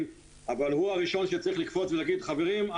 אבל הוא הראשון שצריך לקפוץ ולהגיד: חברים,